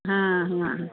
हां हां